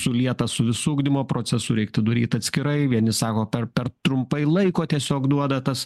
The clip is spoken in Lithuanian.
sulietas su visu ugdymo procesu reiktų daryt atskirai vieni sako per per trumpai laiko tiesiog duoda tas